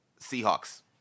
Seahawks